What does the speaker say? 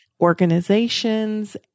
organizations